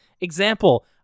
example